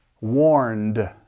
warned